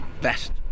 best